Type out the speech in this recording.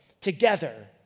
together